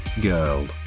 girl